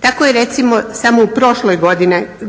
Tako je recimo samo u prošloj